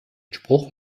spruch